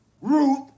Ruth